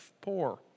poor